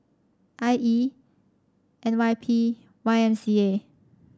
I E N Y P Y M C A